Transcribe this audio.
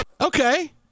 Okay